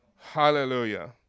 Hallelujah